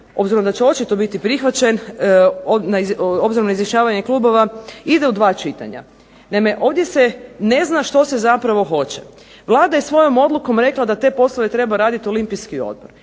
obzirom da će očito biti prihvaćen, obzirom na izjašnjavanje klubova ide u dva čitanja. Naime, ovdje se ne zna što se zapravo hoće. Vlada je svojom odlukom rekla da te poslove treba raditi Olimpijski odbor.